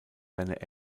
seine